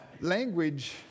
language